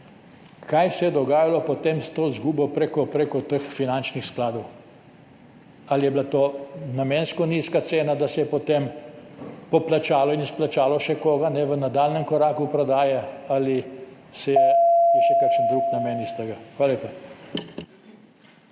kaj se je dogajalo potem s to izgubo prek teh finančnih skladov, ali je bila to namensko nizka cena, da se je potem poplačalo in izplačalo še koga v nadaljnjem koraku prodaje, ali je tu še kakšen drug namen. Hvala lepa.